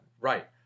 Right